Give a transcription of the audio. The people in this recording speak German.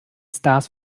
stars